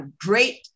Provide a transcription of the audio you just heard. great